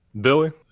Billy